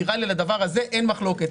נראה לי שעל הדבר הזה אין מחלוקת.